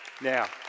Now